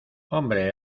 hombre